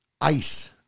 ICE